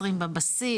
20 בבסיס,